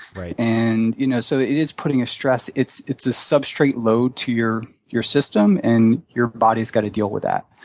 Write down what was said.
and you know so it is putting a stress it's it's a substrate load to your your system, and your body's got to deal with that.